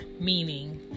meaning